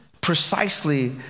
precisely